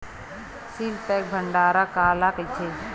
Seal pack भंडारण काला कइथे?